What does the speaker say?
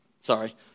sorry